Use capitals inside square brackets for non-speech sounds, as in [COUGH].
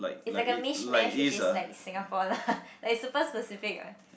it's like a mish-mash which is like Singapore [LAUGHS] lah like it's super specific one